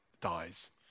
dies